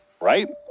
right